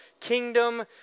Kingdom